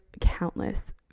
countless